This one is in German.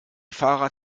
fahrrad